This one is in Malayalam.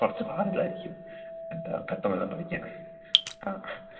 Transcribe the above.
കുറച്ച് പാടിലായിരിക്കും എന്താ പെട്ടെന്നെല്ലാം പഠിക്കാൻ ആ